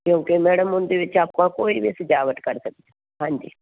ਕਿਉਂਕਿ ਮੈਡਮ ਉਹਦੇ ਵਿੱਚ ਆਪਾਂ ਕੋਈ ਵੀ ਸਜਾਵਟ ਕਰ ਸਕਦੇ ਹਾਂਜੀ